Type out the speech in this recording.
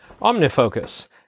OmniFocus